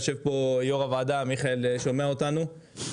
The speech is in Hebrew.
יושב פה יו"ר הוועדה מיכאל ושומע אותנו,